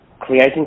creating